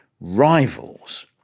rivals